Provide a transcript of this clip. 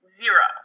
zero